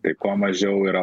tai kuo mažiau yra